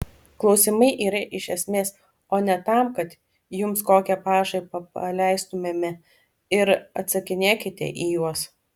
klausimai yra iš esmės o ne tam kad jums kokią pašaipą paleistumėme ir atsakinėkite į juos